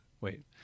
wait